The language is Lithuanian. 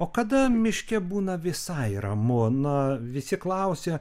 o kada miške būna visai ramu na visi klausia